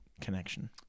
connection